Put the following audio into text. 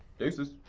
deuces,